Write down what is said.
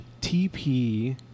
TP